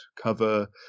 cover